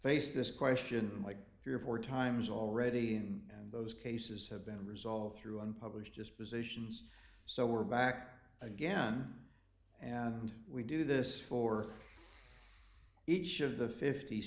faced this question like three or four times already and those cases have been resolved through unpublished dispositions so we're back to again and we do this for each of the fifty